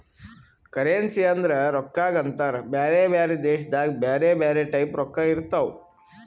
currency ಅಂದುರ್ ರೊಕ್ಕಾಗ ಅಂತಾರ್ ಬ್ಯಾರೆ ಬ್ಯಾರೆ ದೇಶದಾಗ್ ಬ್ಯಾರೆ ಬ್ಯಾರೆ ಟೈಪ್ ರೊಕ್ಕಾ ಇರ್ತಾವ್